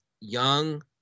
young